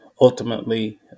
ultimately